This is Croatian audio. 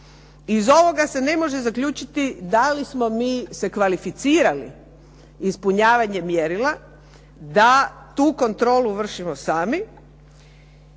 Iz ovoga se ne može zaključiti da li smo mi se kvalificirali ispunjavanjem mjerila. Da tu kontrolu vršimo sami,